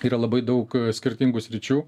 yra labai daug skirtingų sričių